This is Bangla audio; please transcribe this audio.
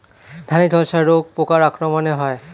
ধানের ঝলসা রোগ পোকার আক্রমণে হয়?